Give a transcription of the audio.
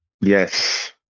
Yes